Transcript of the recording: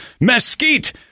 Mesquite